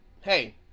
hey